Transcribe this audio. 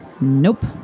nope